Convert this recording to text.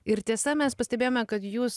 ir tiesa mes pastebėjome kad jūs